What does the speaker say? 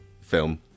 film